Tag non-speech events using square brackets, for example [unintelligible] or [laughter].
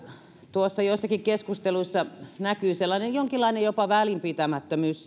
joissakin keskusteluissa näkyi jopa jonkinlainen välinpitämättömyys [unintelligible]